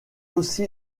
aussi